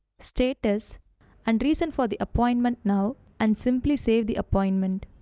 status and reason for the appointment now and simply save the appointment.